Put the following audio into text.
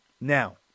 Now